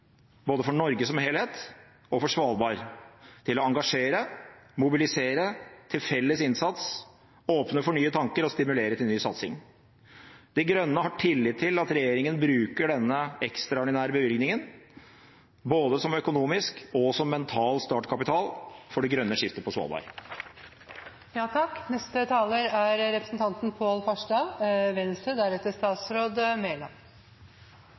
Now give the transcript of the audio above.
både for Norge som helhet og for Svalbard, til å engasjere og mobilisere til felles innsats, åpne for nye tanker og stimulere til ny satsing. De Grønne har tillit til at regjeringen bruker denne ekstraordinære bevilgningen både som økonomisk og som mental startkapital for det grønne skiftet på Svalbard. Først: Takk til komiteen for dens arbeid, og takk til saksordføreren. Venstre